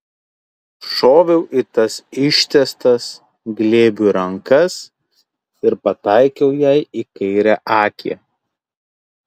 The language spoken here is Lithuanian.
šoviau į tas ištiestas glėbiui rankas ir pataikiau jai į kairę akį